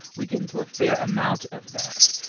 we get into a fair amount of that.